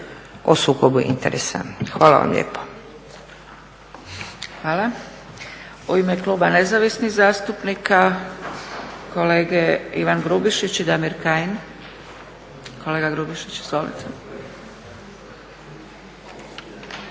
o sukobu interesa. Hvala vam lijepo. **Zgrebec, Dragica (SDP)** U ime kluba nezavisnih zastupnika kolege Ivan Grubišić i Damir Kajin. Kolega Grubišić, izvolite.